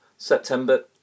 September